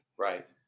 right